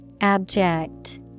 Abject